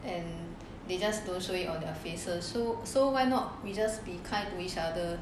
and they just those away or their faces so so why not we just be kind to each other